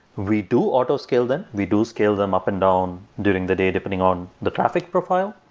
we do auto scale them. we do scale them up and down during the day depending on the traffic profile.